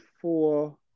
four